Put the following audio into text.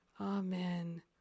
Amen